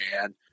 man